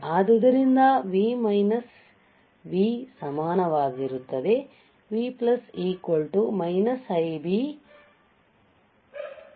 ಆದ್ದರಿಂದ V V ಸಮಾನವಾಗಿರುತ್ತದೆ V Ib R3 R3